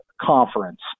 conference